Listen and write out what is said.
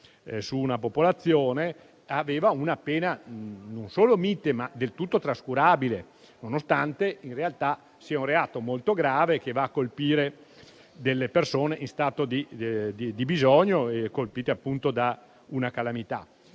su una popolazione - aveva una pena non solo mite, ma del tutto trascurabile, nonostante sia, in realtà, un reato molto grave che colpisce persone in stato di bisogno, su cui si è abbattuta una calamità.